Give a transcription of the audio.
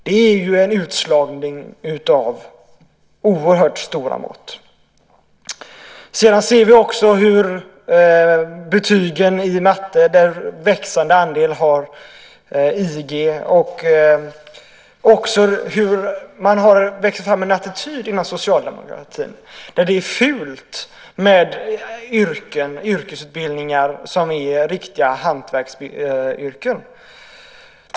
Det är en utslagning av oerhört stora mått. Vi ser också hur en växande andel har betyget IG i matte. Det har vuxit fram en attityd inom Socialdemokraterna där det är fult med yrkesutbildningar som ger riktiga hantverksyrken.